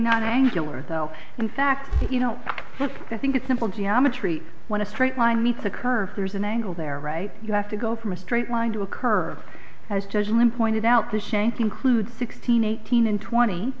not angular though in fact you know that's i think it's simple geometry when a straight line meets a curve there's an angle there right you have to go from a straight line to occur as judge lynn pointed out the shank include sixteen eighteen and twenty